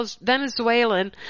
Venezuelan